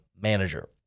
manager